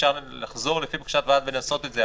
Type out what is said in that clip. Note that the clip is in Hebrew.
אפשר לחזור לפי בקשת הוועדה ולעשות את זה,